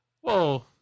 Whoa